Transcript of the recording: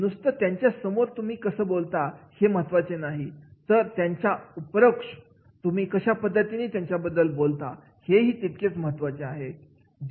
नुसतं त्यांच्यासमोर तुम्ही कसं बोलता हे महत्त्वाचं नाही तर त्याच्या अपरोक्ष तुम्ही कशा पद्धतीने त्यांच्याबद्दल बोलता हे ही तितकेच महत्वाचे आहे